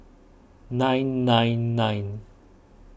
nine nine nine